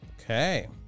Okay